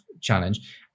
challenge